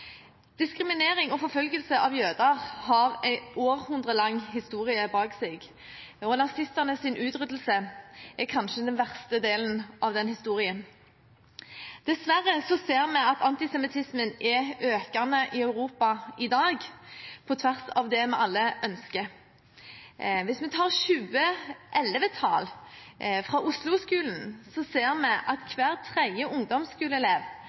Diskriminering og forfølgelse av jøder har en århundrelang historie bak seg, og nazistenes utryddelse er kanskje den verste delen av den historien. Dessverre ser vi at antisemittismen er økende i Europa i dag, på tvers av det vi alle ønsker. Hvis vi tar 2011-tall fra Osloskolen, ser vi at hver tredje